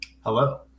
hello